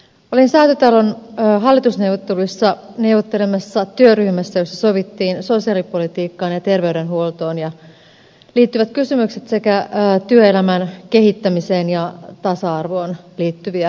olin säätytalon hallitusneuvotteluissa neuvottelemassa työryhmässä jossa sovittiin sosiaalipolitiikkaan ja terveydenhuoltoon liittyvät kysymykset sekä työelämän kehittämiseen ja tasa arvoon liittyviä asioita